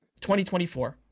2024